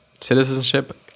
citizenship